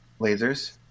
Lasers